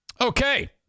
Okay